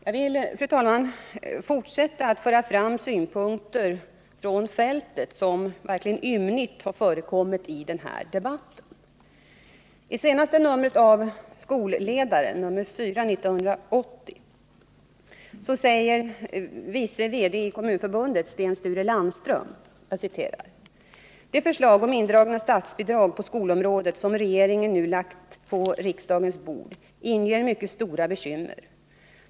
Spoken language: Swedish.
Jag vill fortsättta, fru talman, att föra fram synpunkter från fältet. Sådana har ymnigt förekommit i den här debatten. I senaste numret av Skolledaren, nr 4 1980, säger vice VD i Kommunförbundet Sten-Sture Landström: ”De förslag om indragna statsbidrag på skolområdet som regeringen nu har lagt på riksdagens bord inger mycket stora bekymmer.